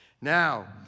Now